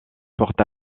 porte